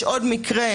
יש עוד מקרה: